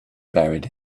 buried